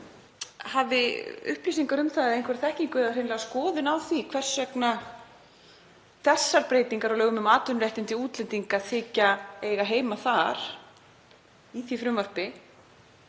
hafi upplýsingar um það eða einhverja þekkingu eða hreinlega skoðun á því hvers vegna þessar breytingar á lögum um atvinnuréttindi útlendinga þykja eiga heima í þessu frumvarpi,